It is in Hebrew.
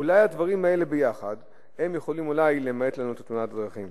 אולי כל הדברים האלה ביחד יכולים להמעיט את תאונות הדרכים.